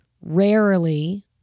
rarely